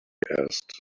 asked